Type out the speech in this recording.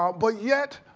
um but, yet,